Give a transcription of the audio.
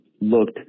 looked